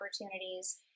opportunities